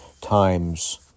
times